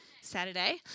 Saturday